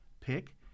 pick